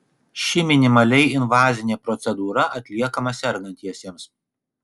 ši minimaliai invazinė procedūra atliekama sergantiesiems